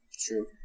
true